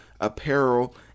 apparel